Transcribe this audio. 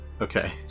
Okay